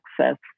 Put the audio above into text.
access